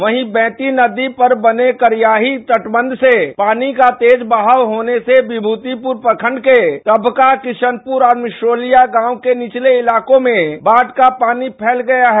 वहीं बैती नदी पर बने करिहारी तटबंध से पानी का तेज बहाव होने से विमृतिपुर प्रखंड के टमका किशनपुर और मिश्रौलिया गांव के निचले इलाकों में बाढ़ का पानी फैल गया है